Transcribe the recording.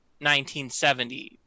1970